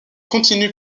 continue